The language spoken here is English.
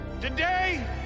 today